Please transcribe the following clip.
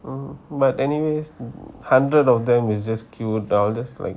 mm but anyways hundred of them is just kill down just like